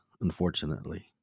unfortunately